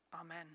Amen